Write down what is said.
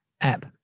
app